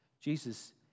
Jesus